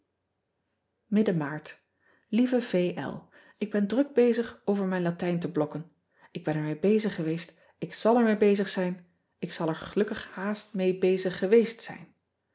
idden aart ieve k ben druk bezig over mijn atijn te blokken k ben er mee bezig geweest ik zal er mee bezig zijn ik zal er gelukkig haast nice bezig geweest zijn